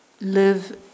live